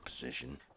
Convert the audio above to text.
position